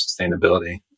sustainability